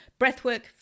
Breathwork